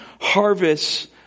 harvests